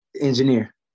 Engineer